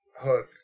hook